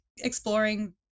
exploring